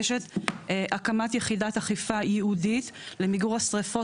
הקמת יחידת אכיפה ייעודית למיגור השרפות,